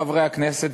חברי הכנסת,